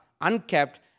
unkept